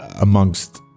amongst